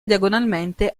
diagonalmente